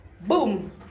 Boom